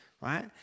right